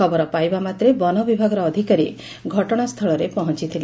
ଖବର ପାଇବାମାତ୍ରେ ବନ ବିଭାଗର ଅଧିକାରୀ ଘଟଶାସ୍କଳରେ ପହଞ୍ଚିଥିଲେ